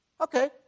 okay